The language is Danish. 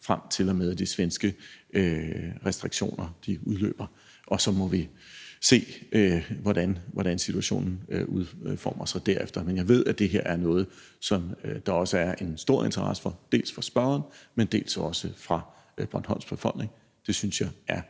frem, til og med de svenske restriktioner udløber, og så må vi se, hvordan situationen udformer sig derefter. Men jeg ved, at det her er noget, som der også er en stor interesse for, dels fra spørgeren, men dels også fra Bornholms befolkning. Det synes jeg er